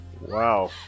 wow